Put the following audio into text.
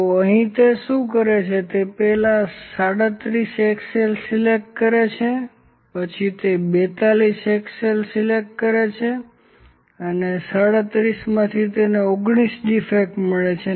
તો અહીં તે શું કરે છે તે પહેલા 37 એક્સલ્સ સિલેક્ટ કરે છે પછી તે 42 એક્સેલ્સ લે છે અને 37 માંથી તેને 19 ડીફેક્ટ મળે છે